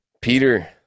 Peter